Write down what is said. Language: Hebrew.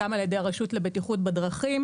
גם על ידי הרשות לבטיחות בדרכים,